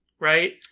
right